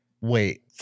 Wait